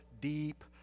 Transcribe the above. deep